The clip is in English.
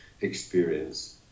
experience